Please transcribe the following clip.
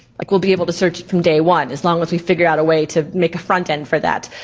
like we'll be able to search from day one as long as we figure out a way to make a front end for that.